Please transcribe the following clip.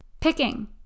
Picking